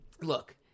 Look